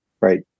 Right